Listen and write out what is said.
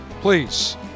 please